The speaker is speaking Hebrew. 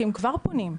כי הם כבר פונים,